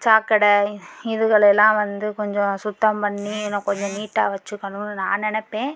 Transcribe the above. சாக்கடை இதுகளெல்லாம் வந்து கொஞ்சம் சுத்தம் பண்ணி இன்னும் கொஞ்சம் நீட்டாக வச்சுக்கணுன்னு நான் நெனைப்பேன்